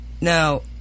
Now